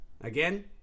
again